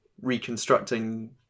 reconstructing